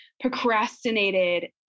procrastinated